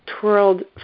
twirled